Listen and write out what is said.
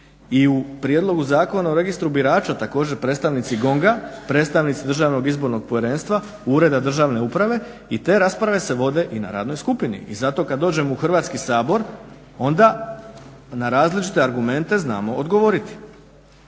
I u prijedlogu Zakona o registru birača također predstavnici GONG-a, predstavnici DIP-a, Ureda državne uprave i te rasprave se vode i na radnoj skupini. I zato kada dođem u Hrvatski sabor onda na različite argumente znamo odgovoriti.